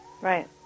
Right